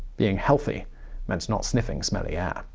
being healthy meant not sniffing smelly air.